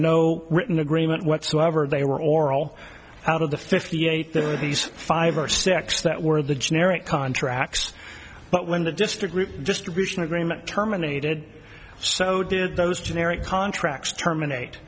no written agreement whatsoever they were oral out of the fifty eight there were these five or six that were the generic contracts but when the district just reached an agreement terminated so did those generic contracts terminate